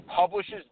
publishes